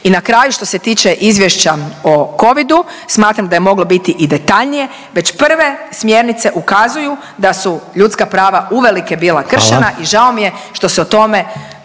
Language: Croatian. I na kraju što se tiče izvješća o Covidu smatram da je moglo biti i detaljnije, već prve smjernice ukazuju da su ljudska prava uvelike bila kršena …/Upadica: Hvala./… i žao mi je što se o tome